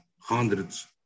hundreds